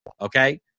Okay